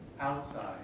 outside